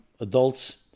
adults